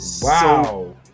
Wow